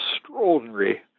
extraordinary